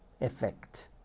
effect